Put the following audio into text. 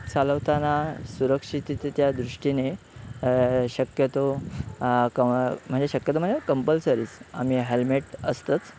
bike चालवताना सुरक्षिततेच्या दृष्टीने शक्यतो क शक्यतो मजे कंपल्सरीच आम्ही हेल्मेट असतंच